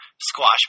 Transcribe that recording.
squash